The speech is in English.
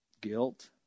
guilt